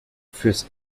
fürs